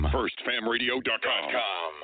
firstfamradio.com